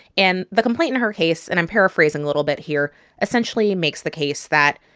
and the complaint in her case and i'm paraphrasing a little bit here essentially makes the case that,